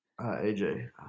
AJ